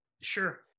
Sure